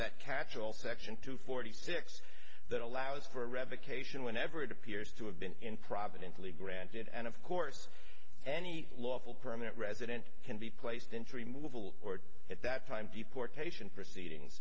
that catch all section two forty six that allows for a revocation whenever it appears to have been in providently granted and of course any lawful permanent resident can be placed into remove all or at that time deportation proceedings